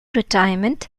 retirement